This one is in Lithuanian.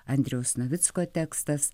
andriaus navicko tekstas